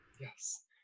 Yes